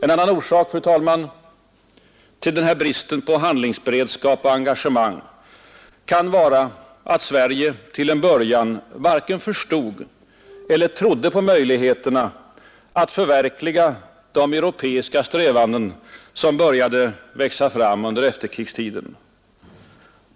En annan orsak, fru talman, till vår brist på handlingsberedskap och engagemang kan vara att Sverige till en början varken förstod eller trodde på möjligheterna att förverkliga de europeiska strävanden som började växa fram under efterkrigstiden.